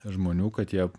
žmonių kad jie